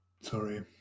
sorry